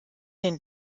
den